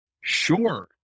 Sure